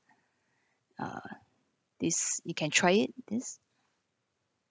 uh this you can try it this